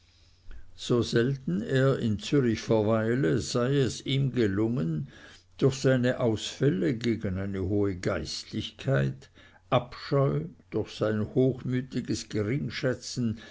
so selten er in zürich verweile sei es ihm gelungen durch seine ausfälle gegen eine hohe geistlichkeit abscheu durch sein hochmütiges